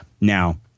Now